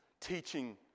teaching